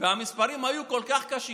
והמספרים היו כל כך קשים,